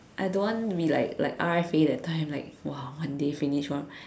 I don't want to be like like R_F_A that time !wow! one day finish one